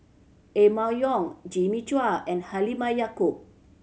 Emma Yong Jimmy Chua and Halimah Yacob